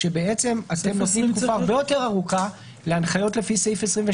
כאשר אתם נותנים תקופה הרבה יותר ארוכה להנחיות לפי סעיף 22,